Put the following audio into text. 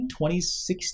2016